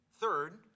Third